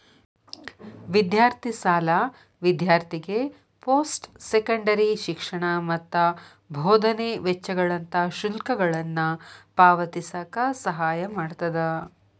ವಿದ್ಯಾರ್ಥಿ ಸಾಲ ವಿದ್ಯಾರ್ಥಿಗೆ ಪೋಸ್ಟ್ ಸೆಕೆಂಡರಿ ಶಿಕ್ಷಣ ಮತ್ತ ಬೋಧನೆ ವೆಚ್ಚಗಳಂತ ಶುಲ್ಕಗಳನ್ನ ಪಾವತಿಸಕ ಸಹಾಯ ಮಾಡ್ತದ